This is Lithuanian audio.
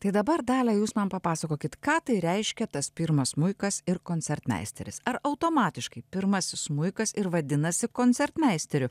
tai dabar dalia jūs man papasakokit ką tai reiškia tas pirmas smuikas ir koncertmeisteris ar automatiškai pirmasis smuikas ir vadinasi koncertmeisteriu